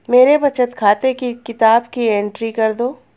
मेरे बचत खाते की किताब की एंट्री कर दो?